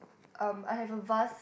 um I have a vase